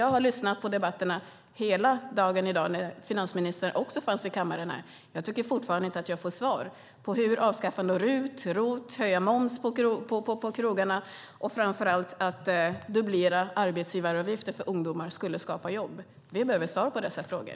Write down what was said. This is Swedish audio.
Jag har lyssnat på debatterna hela dagen i dag, också när finansministern var i kammaren, och jag tycker fortfarande inte att jag fått svar på hur avskaffande av RUT och ROT, höjning av momsen på krogarna och framför allt en dubblering av arbetsgivaravgiften för ungdomar skulle skapa jobb. Vi behöver få svar på dessa frågor.